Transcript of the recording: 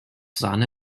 sahne